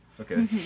Okay